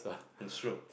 it's true